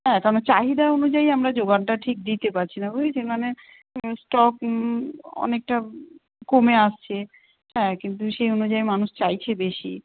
হ্যাঁ কারণ চাহিদা অনুযায়ী আমরা জোগানটা ঠিক দিতে পারছি না বুঝেছেন মানে স্টক অনেকটা কমে আসছে হ্যাঁ কিন্তু সেই অনুযায়ী মানুষ চাইছে বেশি